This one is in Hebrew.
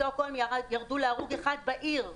בשטוקהולם ירדו להרוג אחד בעיר,